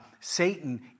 Satan